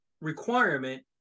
requirement